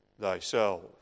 thyself